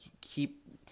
keep